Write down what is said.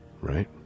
right